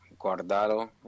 Guardado